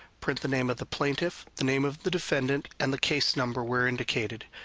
print the name of the plaintiff, the name of the defendant, and the case number where indicated.